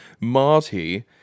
Marty